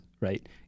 right